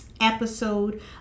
episode